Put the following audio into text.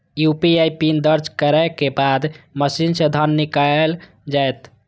UPI PIN दर्ज करै के बाद मशीन सं धन निकैल जायत